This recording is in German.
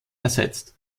ersetzt